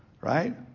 Right